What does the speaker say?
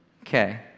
Okay